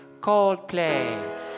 Coldplay